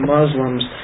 Muslims